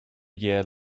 year